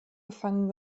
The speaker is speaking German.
gefangen